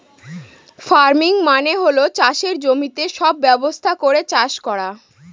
farming মানে হল চাষের জমিতে সব ব্যবস্থা করে চাষ করা